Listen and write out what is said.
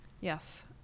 Yes